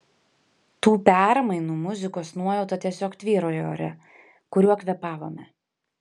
tų permainų muzikos nuojauta tiesiog tvyrojo ore kuriuo kvėpavome